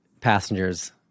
passengers